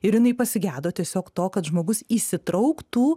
ir jinai pasigedo tiesiog to kad žmogus įsitrauktų